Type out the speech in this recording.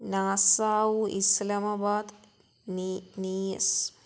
നാസാവു Islamabad നീയസ്